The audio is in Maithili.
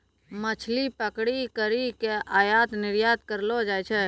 मछली पकड़ी करी के आयात निरयात करलो जाय छै